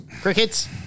Crickets